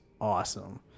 awesome